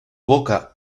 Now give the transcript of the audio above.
boca